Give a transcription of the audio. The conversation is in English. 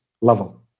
level